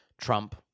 Trump